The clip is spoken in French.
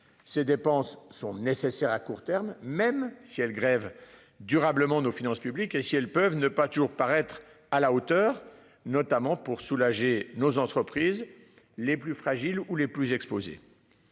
Ces dépenses sont nécessaires à court terme, même si elles grèvent durablement nos finances publiques et si elles peuvent ne pas toujours paraître à la hauteur, notamment pour soulager nos entreprises les plus fragiles ou les plus exposés.